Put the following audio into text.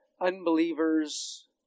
unbelievers